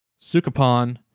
Sukapon